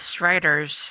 writers